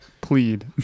plead